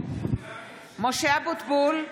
(קוראת בשמות חברי הכנסת) משה אבוטבול,